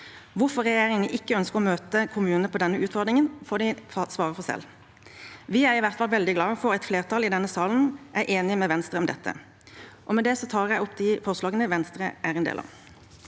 Hvorfor regjeringen ikke ønsker å møte kommunene på denne utfordringen, får de svare for selv. Vi er i hvert fall veldig glad for at flertallet i denne salen er enig med Venstre om dette. Med det tar jeg opp forslaget fra Venstre. Presidenten